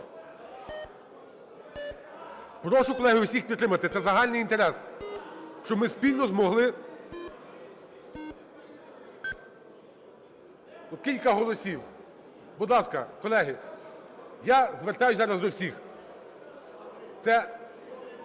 Прошу, колеги, всіх підтримати, це загальний інтерес, щоб ми спільно змогли... 11:20:46 За-217 Кілька голосів. Будь ласка, колеги, я звертаюся зараз до всіх. Це